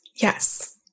Yes